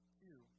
two